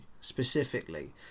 specifically